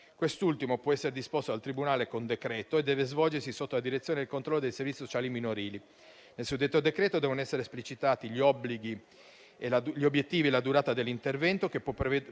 Quest'ultimo può essere disposto dal tribunale con decreto e deve svolgersi sotto la direzione e il controllo dei servizi sociali minorili. Nel suddetto decreto devono essere esplicitati gli obblighi, gli obiettivi e la durata dell'intervento che può prevedere